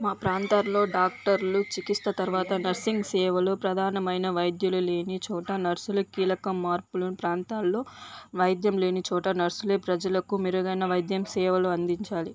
మా ప్రాంతంలో డాక్టర్లు చికిత్స తరువాత నర్సింగ్ సేవలు ప్రధానమైన వైద్యులు లేని చోట నర్సులు కీలక మార్పులు ప్రాంతాలలో వైద్యం లేని చోట నర్సులే ప్రజలకు మెరుగైన వైద్యం సేవలు అందించాలి